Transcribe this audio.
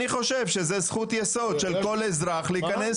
אני חושב שזה זכות יסוד של כל אזרח להיכנס